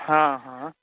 हँ हँ